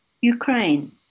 Ukraine